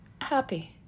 happy